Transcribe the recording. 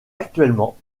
actuellement